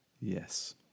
Yes